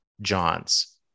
Johns